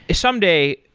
ah someday,